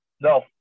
No